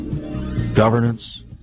governance